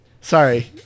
sorry